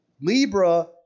Libra